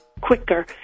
quicker